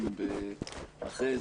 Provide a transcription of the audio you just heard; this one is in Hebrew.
ואז